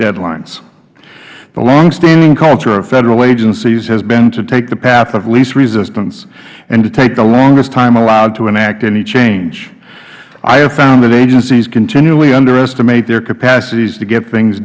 deadlines the longstanding culture of federal agencies has been to take the path of least resistance and to take the longest time allowed to enact any change i have found that agencies continually underestimate their capacities to get things